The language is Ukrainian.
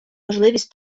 можливість